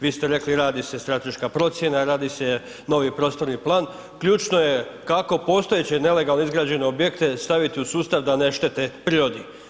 Vi ste rekli, radi se strateška procjena, radi se novi prostorni plan, ključno je kako postojeće nelegalno izgrađene objekte staviti u sustav da ne štete prirodi?